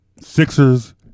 Sixers